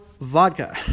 vodka